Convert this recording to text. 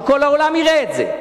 שכל העולם יראה את זה.